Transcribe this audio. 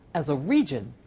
as a region,